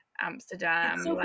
amsterdam